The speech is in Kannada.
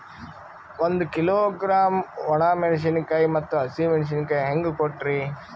ಒಂದ ಕಿಲೋಗ್ರಾಂ, ಒಣ ಮೇಣಶೀಕಾಯಿ ಮತ್ತ ಹಸಿ ಮೇಣಶೀಕಾಯಿ ಹೆಂಗ ಕೊಟ್ರಿ?